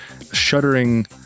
shuttering